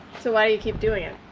so why do you keep doing it?